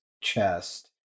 chest